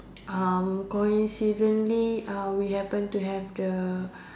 uh coincidentally uh we happen to have the